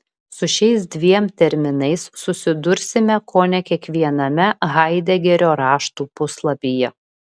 su šiais dviem terminais susidursime kone kiekviename haidegerio raštų puslapyje